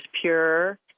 pure